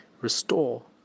restore